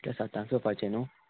ते सातांक येवपाचें न्हू